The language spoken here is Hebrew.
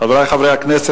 חברי חברי הכנסת,